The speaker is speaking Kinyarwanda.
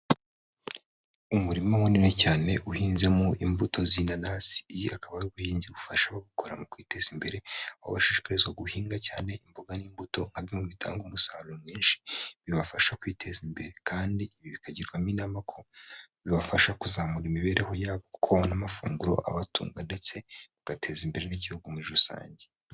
Umurima munini cyane uhinzemo imbuto z'inananasi, iyi akaba ari ubuhinzi bufasha gukora mu kwiteza imbere aho bashikarizwa guhinga cyane imboga n'imbuto kandi bitanga umusaruro mwinshi bibafasha kwiteza imbere kandi ibi bakagirwamo inama ko bibafasha kuzamura imibereho yabo kubona babona amafunguro abatunga ndetse bigateza imbere n'igihugu muri rusange.